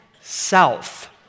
south